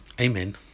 Amen